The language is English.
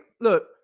look